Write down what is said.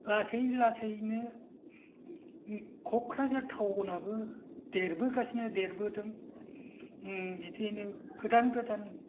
लासै लासैनो क'क्राझार टाउन आबो देरबोगासिनो देरबोदों बिदिनो गोदान गोदान